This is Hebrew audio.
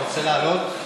אתה רוצה לעלות?